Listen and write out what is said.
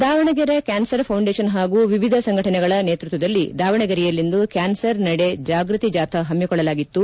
Davanagere cancer foundation ಹಾಗೂ ವಿವಿಧ ಸಂಘಟನೆಗಳ ನೇತೃತ್ವದಲ್ಲಿ ದಾವಣಗೆರೆಯಲ್ವಿಂದು ಕ್ಯಾನ್ಸರ್ ನಡೆ ಜಾಗೃತಿ ಜಾಥಾ ಹಮ್ಮಿಕೊಳ್ಳಲಾಗಿತು